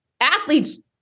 Athletes